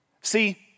See